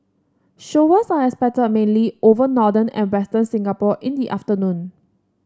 showers are expected mainly over northern and western Singapore in the afternoon